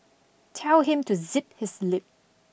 tell him to zip his lip